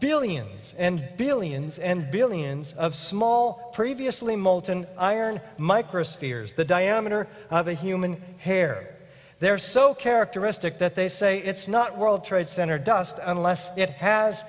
billions and billions and billions of small previously molten iron microspheres the diameter of a human hair there are so characteristic that they say it's not world trade center dust unless you it has